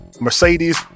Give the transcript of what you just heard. mercedes